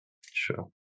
Sure